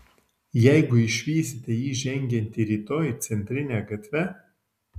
jeigu išvysite jį žengiantį rytoj centrine gatve